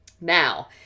Now